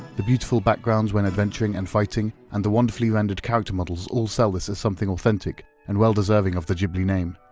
the beautiful backgrounds when adventuring and fighting and the wonderfully rendered character models all sell this as something authentic and well deserving of the ghibli name.